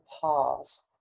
pause